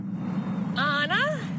Anna